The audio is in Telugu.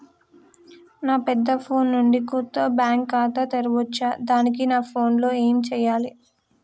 నా పెద్ద ఫోన్ నుండి కొత్త బ్యాంక్ ఖాతా తెరవచ్చా? దానికి నా ఫోన్ లో ఏం చేయాలి?